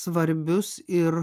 svarbius ir